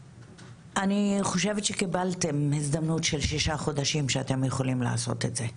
אני חושבת שקיבלתם הזדמנות של שישה חודשים שאתם יכולים לעשות את זה.